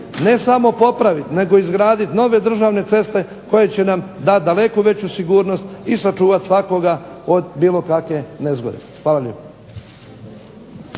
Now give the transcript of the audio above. ne samo popraviti nego izgraditi nove državne ceste koje će nam dati daleko veću sigurnost i sačuvati svakoga od bilo kakve nezgode. Hvala lijepa.